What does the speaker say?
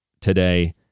today